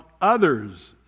others